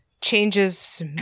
changes